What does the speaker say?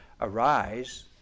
arise